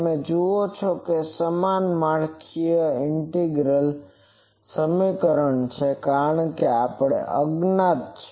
તમે જુઓ છો કે તે સમાન માળખું ઈન્ટીગ્રલ સમીકરણ છે કારણ કે આ અજ્ઞાત છે